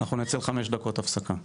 אנחנו נצא לחמש דקות הפסקה.